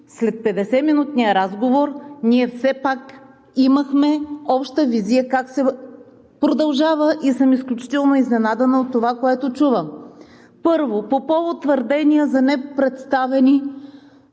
след 50-минутния разговор ние все пак имахме обща визия как се продължава и съм изключително изненадана от това, което чувам. Първо, по повод твърдения за непредставени